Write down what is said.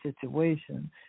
situation